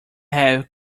have